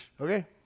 okay